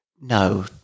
no